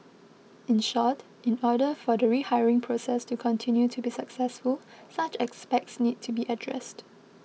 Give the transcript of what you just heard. in short in order for the rehiring process to continue to be successful such aspects need to be addressed